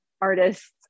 artists